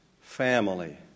family